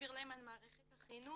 להסביר להם על מערכת החינוך.